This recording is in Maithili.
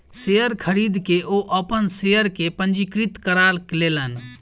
शेयर खरीद के ओ अपन शेयर के पंजीकृत करा लेलैन